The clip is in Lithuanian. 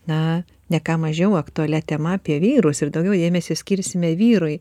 na ne ką mažiau aktualia tema apie vyrus ir daugiau dėmesio skirsime vyrui